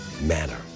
manner